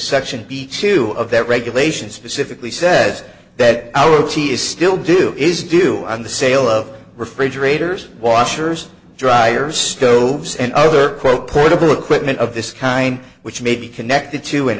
section b two of their regulations specifically says that our t is still do is do on the sale of refrigerators washers dryers stoves and other quote portable equipment of this kind which may be connected to an